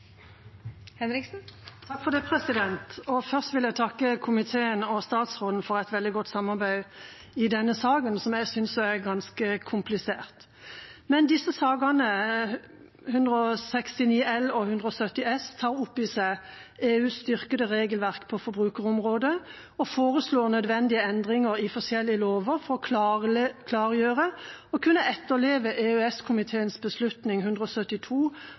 statsråden for et veldig godt samarbeid i disse sakene, som jeg synes er ganske kompliserte. Disse sakene, Innst. 169 L for 2019–2020 og Innst. 170 S for 2019–2020, tar opp i seg EUs styrkede regelverk på forbrukerområdet og foreslår nødvendige endringer i forskjellige lover for å klargjøre og kunne etterleve EØS-komiteens beslutning